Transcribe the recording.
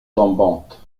tombantes